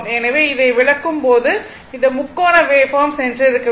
எனவே இதை விளக்கும் போது இந்த முக்கோண வேவ்பார்ம் சென்றிருக்க வேண்டும்